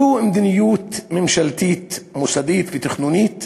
זו מדיניות ממשלתית מוסדית ותכנונית